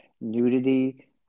nudity